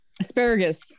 Asparagus